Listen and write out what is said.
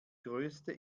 größte